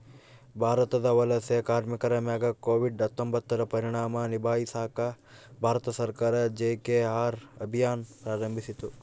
ಭಾರತದ ವಲಸೆ ಕಾರ್ಮಿಕರ ಮ್ಯಾಗ ಕೋವಿಡ್ ಹತ್ತೊಂಬತ್ತುರ ಪರಿಣಾಮ ನಿಭಾಯಿಸಾಕ ಭಾರತ ಸರ್ಕಾರ ಜಿ.ಕೆ.ಆರ್ ಅಭಿಯಾನ್ ಪ್ರಾರಂಭಿಸಿತು